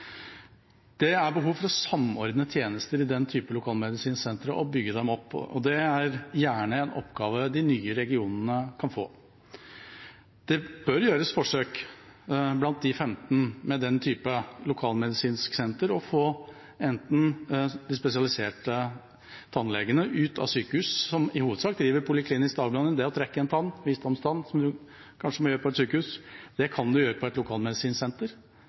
Det er behov for å samordne tjenester i den type lokalmedisinske sentre og bygge dem opp, og det er gjerne en oppgave de nye regionene kan få. Det bør gjøres forsøk blant de femten med den type lokalmedisinske sentre, bl.a. ved å få de spesialiserte tannlegene som i hovedsak driver poliklinisk dagbehandling, ut av sykehusene. Det å trekke en tann, en visdomstann, som man kanskje må gjøre på et sykehus, kan man gjøre på et